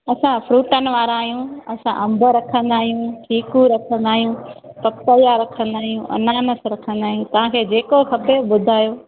असां फ्रूटनि वारा आहियूं असां अंब रखंदा आहियूं चीकू रखंदा आहियूं पपला रखंदा आहियूं अनानास रखंदा आहियूं तव्हांखे जेको खपे ॿुधायो